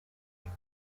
peak